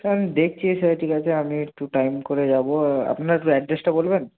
তা আমি দেখছি সেটা ঠিক আছে আমি একটু টাইম করে যাব আপনার একটু অ্যাড্রেসটা বলবেন